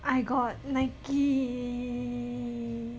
I got Nike